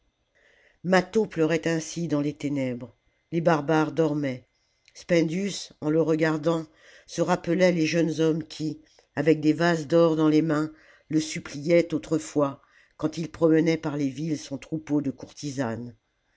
mâtho pleurait ainsi dans les ténèbres les barbares dormaient spendius en le regardant se rappelait les jeunes hommes qui avec des vases d'or dans les mains le suppliaient autrefois quand il promenait par les villes son troupeau de courtisanes